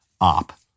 op